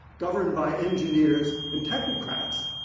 governed by engineers and technocrats,